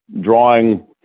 drawing